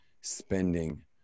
spending